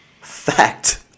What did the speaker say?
fact